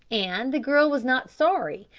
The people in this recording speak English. and the girl was not sorry,